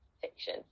fiction